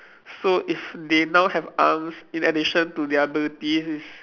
so if they now have arms in addition to their abilities it's